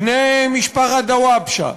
בני משפחת דוואבשה,